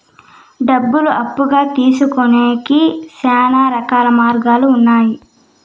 డబ్బులు అప్పుగా తీసుకొనేకి శ్యానా రకాల మార్గాలు ఉన్నాయి